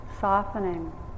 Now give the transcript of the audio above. softening